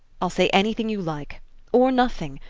i'll say anything you like or nothing.